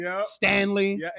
Stanley